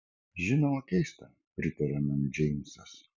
žinoma keista pritarė man džeimsas